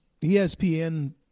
ESPN